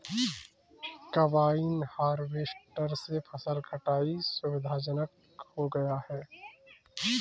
combine harvester से फसल कटाई सुविधाजनक हो गया है